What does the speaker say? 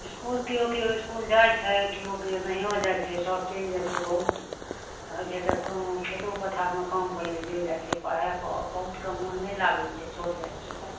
इसकुल केओ केओ इसकुल जाइ छै केओ केओ नहियो जाइ छै सब चलि जाइ छै बहुत होइ छै तऽ खेतो पथारमे काम करै लऽ चलि जाइ छै पढ़ाइ पर बहुत कऽ मन नहि लागै छै छोट जाति सबके